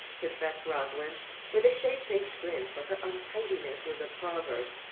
confessed rosalind with a shame-faced grin, for her untidiness was a proverb.